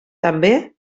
també